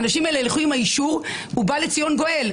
האנשים האלה ילכו עם האישור, ובא לציון גואל.